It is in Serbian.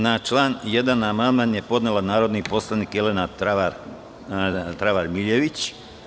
Na član 1. amandman je podnela narodni poslanik Jelena Travar Miljević.